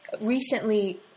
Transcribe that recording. Recently